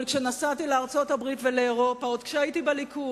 אבל כשנסעתי לארצות-הברית ולאירופה עוד כשהייתי בליכוד,